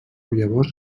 llavors